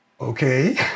Okay